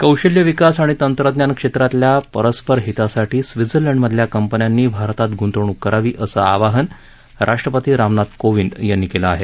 कौशल्य विकास आणि तंत्रज्ञान क्षेत्रातल्या परस्पर हितासाठी स्वित्झर्लंडमधल्या कंपन्यांनी भारतात गुंतणूक करावी असं आवाहन राष्ट्रपती रामनाथ कोविंद यांनी केलं आहे